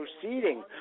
proceeding